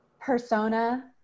persona